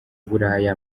buraya